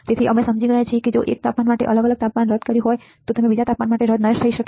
તેથી અમે સમજી ગયા છીએ કે જો તમે 1 તાપમાન માટે અલગ તાપમાન રદ કર્યું હોય તો તે બીજા તાપમાન માટે રદ ન થઈ શકે